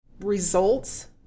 results